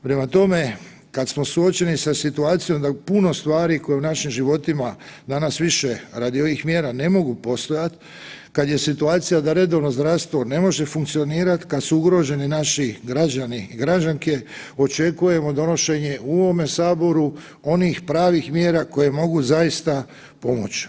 Prema tome, kada smo suočeni sa situacijom da puno stvari koje u našim životima danas više radi ovih mjera ne mogu postojat, kada je situacija da redovno zdravstvo ne može funkcionirat, kada su ugroženi naši građani i građanke očekujemo donošenje u ovome Saboru onih pravih mjera koje mogu zaista pomoć.